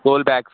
school bags